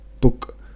book